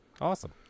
Awesome